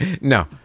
no